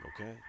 Okay